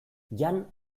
jan